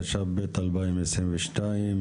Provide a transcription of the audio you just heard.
התשפ"ב-2022,